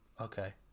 Okay